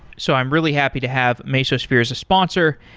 so i'm really happy to have mesosphere as a sponsor,